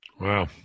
Wow